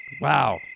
Wow